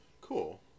Cool